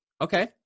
Okay